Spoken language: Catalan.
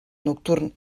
nocturn